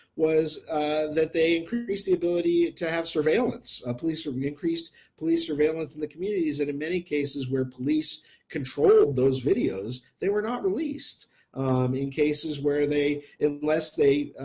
was that they increase the ability to have surveillance ah police or we increased police surveillance in the communities that in many cases where police control those videos, they were not released in cases where they unless they,